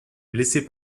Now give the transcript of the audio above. blessé